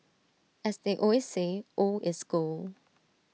as they always say old is gold